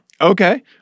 Okay